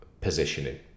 positioning